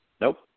nope